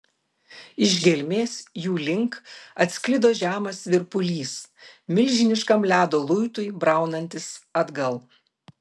iš gelmės jų link atsklido žemas virpulys milžiniškam ledo luitui braunantis atgal